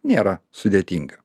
nėra sudėtinga